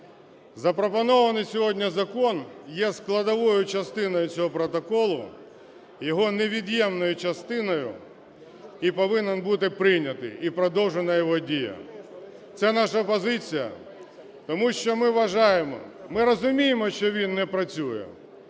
Запропонований сьогодні закон є складовою частиною цього протоколу, його невід'ємною частиною, і повинен бути прийнятий і продовжена його дія. Це наша позиція, тому що ми вважаємо, ми розуміємо, що він не працює.